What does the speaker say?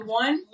one